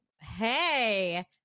Hey